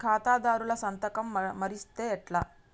ఖాతాదారుల సంతకం మరిస్తే ఎట్లా?